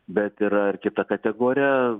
bet yra ir kita kategorija